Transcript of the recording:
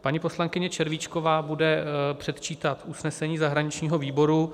Paní poslankyně Červíčková bude předčítat usnesení zahraničního výboru.